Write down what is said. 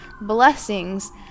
blessings